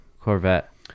corvette